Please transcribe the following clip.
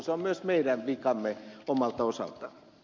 se on myös meidän vikamme omalta usa